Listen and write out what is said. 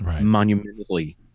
monumentally